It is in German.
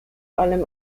allem